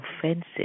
offensive